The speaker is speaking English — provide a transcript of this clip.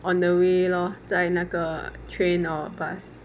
on the way lor 在那个 train or bus